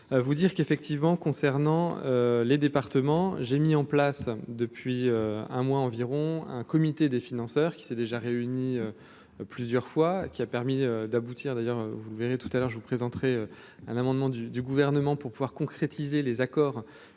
vous dire qu'effectivement concernant les départements, j'ai mis en place depuis un mois environ, un comité des financeurs qui s'est déjà réuni plusieurs fois, qui a permis d'aboutir d'ailleurs vous verrez tout à l'heure je vous présenterai un amendement du gouvernement pour pouvoir concrétiser les accords